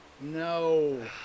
No